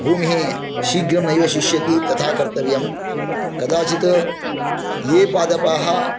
भूमिः शीघ्रं नैव शिष्यति तथा कर्तव्यं कदाचित् ये पादपाः